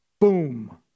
Boom